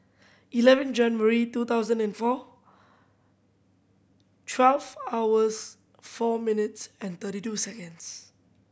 eleven January two thousand and four twelve hours four minutes and thirty two seconds